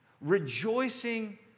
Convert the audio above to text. rejoicing